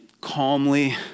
calmly